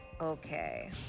Okay